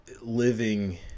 living